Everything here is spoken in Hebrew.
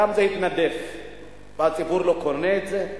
גם זה התנדף, והציבור לא קונה את זה.